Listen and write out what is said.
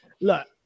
Look